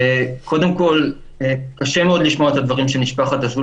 קודם כול, קשה מאוד לשמוע את הדברים של משפחת א’,